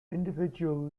individual